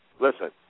listen